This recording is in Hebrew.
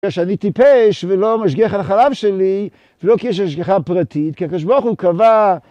שאני טיפש ולא משגיח על החלב שלי ולא כי יש לי השגחה פרטית, כי הקב"ה קבע